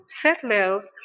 settlers